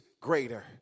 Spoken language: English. greater